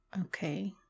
Okay